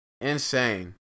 Insane